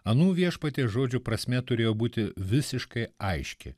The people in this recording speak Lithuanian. anų viešpaties žodžių prasmė turėjo būti visiškai aiški